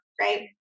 right